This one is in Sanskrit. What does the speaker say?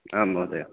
आं महोदय